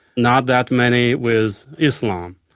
not that many with islam.